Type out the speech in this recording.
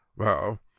Well